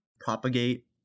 propagate